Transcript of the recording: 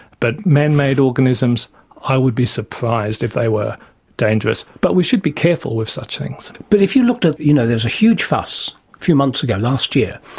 but man-made organisms i would be surprised if they were dangerous. but we should be careful with such things. but if you looked at, you know, there was a huge fuss a few months ago, last year,